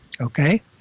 Okay